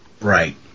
Right